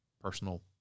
personal